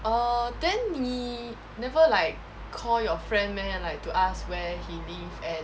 oh then 你 never like call your friend meh like to ask where he lived and